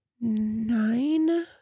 nine